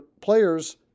players